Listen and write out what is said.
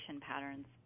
patterns